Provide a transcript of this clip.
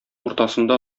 уртасында